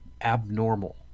abnormal